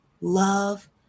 love